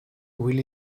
will